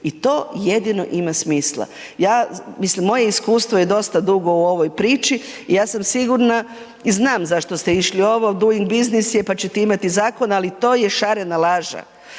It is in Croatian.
i to jedino ima smisla. Ja, mislim moje iskustvo je dosta dugo u ovoj priči i ja sam sigurna i znam zašto ste išli ovo duing biznis je pa ćete imati zakon. Ali to je šarena laža.